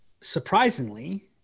surprisingly